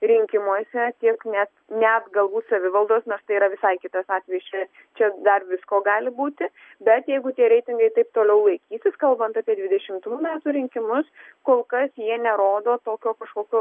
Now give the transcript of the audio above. rinkimuose tiek net net galbūt savivaldos nors tai yra visai kitas atvejis čia čia dar visko gali būti bet jeigu tie reitingai taip toliau laikysis kalbant apie dvidešimtų metų rinkimus kol kas jie nerodo tokio kažkokio